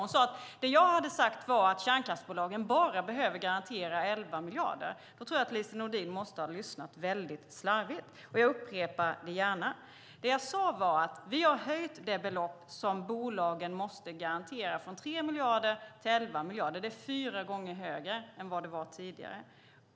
Hon sade att jag hade sagt att kärnkraftsbolagen bara behöver garantera 11 miljarder. Då måste Lise Nordin ha lyssnat väldigt slarvigt. Jag upprepar det gärna. Jag sade att vi har höjt det belopp som bolagen måste garantera från 3 miljarder till 11 miljarder. Det är fyra gånger högre än vad det var tidigare.